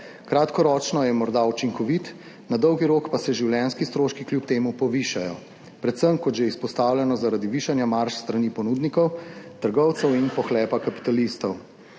Kratkoročno je morda učinkovit, na dolgi rok pa se življenjski stroški kljub temu povišajo, predvsem, kot že izpostavljeno, zaradi višanja marž s strani ponudnikov, trgovcev in pohlepa kapitalistov.